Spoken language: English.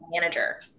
manager